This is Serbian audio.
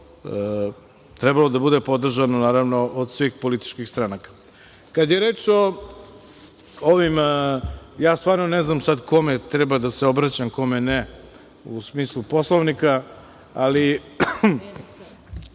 trebalo da bude podržano naravno, od svih političkih stanaka. Kada je reč o ovim, ja stvarno ne znam sad kome treba da se obraćam, kome ne, u smislu Poslovnika ….